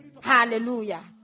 Hallelujah